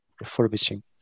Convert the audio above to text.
refurbishing